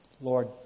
Lord